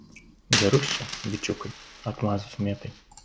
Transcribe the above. gerus čia bičiukai atmazus mėtai